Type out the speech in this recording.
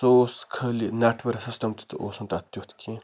سُہ اوس خٲلی نٮ۪ٹوٕر سِسٹم تہِ اوس نہٕ تتھ تیُتھ کیٚنہہ